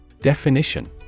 Definition